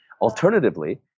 Alternatively